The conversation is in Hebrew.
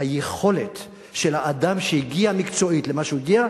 היכולת של האדם שהגיע מקצועית למה שהוא הגיע,